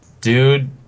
Dude